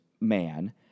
man